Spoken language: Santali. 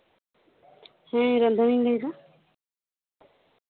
ᱦᱮᱸ ᱨᱟᱫᱷᱩᱱᱤᱧ ᱞᱟᱹᱭᱮᱫᱟ